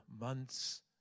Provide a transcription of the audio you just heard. months